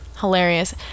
hilarious